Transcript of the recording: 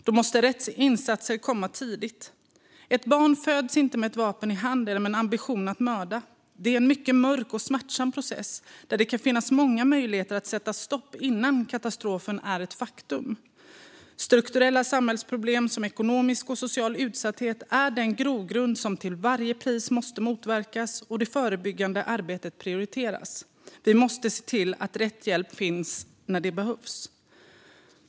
Då måste rätt insatser komma tidigt. Ett barn föds inte med ett vapen i hand eller med en ambition att mörda. Det är en mycket mörk och smärtsam process där det kan finnas många möjligheter att sätta stopp innan katastrofen är ett faktum. Strukturella samhällsproblem som ekonomisk och social utsatthet är en grogrund som till varje pris måste motverkas, och det förebyggande arbetet måste prioriteras. Vi måste se till att rätt hjälp finns när den behövs.